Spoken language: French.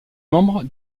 membre